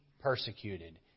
persecuted